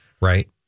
right